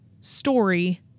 story